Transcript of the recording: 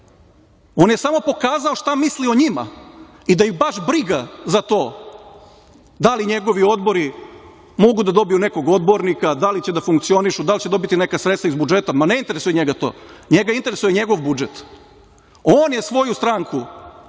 On je samo pokazao šta misli o njima i da ih baš briga za to, da li njegovi odbori mogu da dobiju nekog odbornika, da li će da funkcionišu, da li će dobiti neka sredstva iz budžeta. Ne interesuje njega to. Njega interesuje njegov budžet. On je svoju stranku